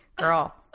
Girl